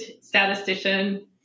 statistician